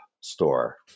store